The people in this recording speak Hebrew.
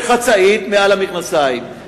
בחצאית מעל המכנסיים.